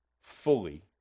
fully